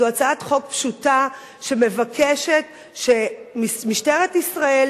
זאת הצעת חוק פשוטה שמבקשת שמשטרת ישראל